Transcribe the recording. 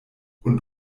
und